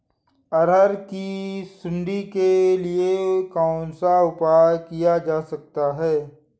अरहर की सुंडी के लिए कौन सा उपाय किया जा सकता है?